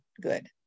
good